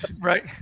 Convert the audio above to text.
Right